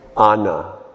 Anna